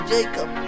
Jacob